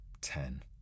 ten